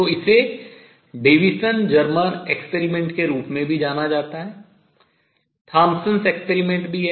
तो इसे Davisson Germer प्रयोग के रूप में भी जाना जाता है थॉम्पसन का प्रयोग Thompson's experiment भी है